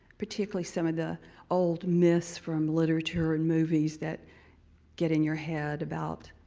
particularly some of the old myths from literature and movies that get in your head about